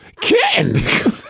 Kitten